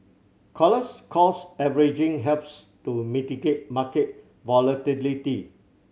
collars cost averaging helps to mitigate market volatility